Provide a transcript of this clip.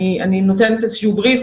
אני נותנת איזה שהוא בריף,